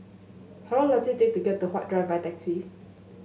how long does it take to get to Huat Drive by taxi